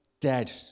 dead